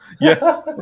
Yes